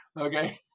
okay